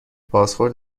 بازخورد